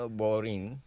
boring